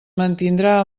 mantindrà